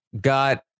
got